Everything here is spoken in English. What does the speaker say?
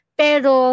pero